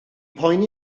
poeni